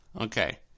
Okay